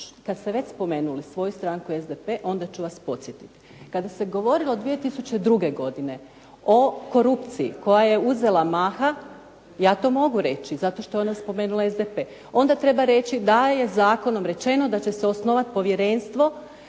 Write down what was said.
kada ste već spomenuli svoju stranku SDP, onda ću vas podsjetiti. Kada se govorilo 2002. godine o korupciji koja je uzela maha, ja to mogu reći zato što je to ona spomenula SDP, onda treba reći da je zakonom rečeno da će se osnovati povjerenstvo